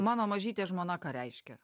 mano mažytė žmona ką reiškia